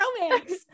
romance